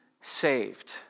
saved